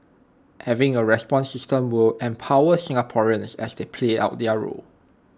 having A response system would empower Singaporeans as they play out their role